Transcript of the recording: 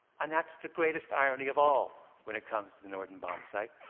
and that's the greatest irony of all when it comes to the norden bombsight.